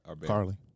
Carly